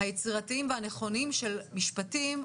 היצירתיים והנכונים של משפטים,